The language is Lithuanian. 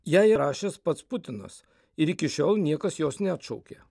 ją įrašęs pats putinas ir iki šiol niekas jos neatšaukė